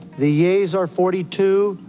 the yeas are forty two.